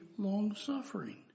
long-suffering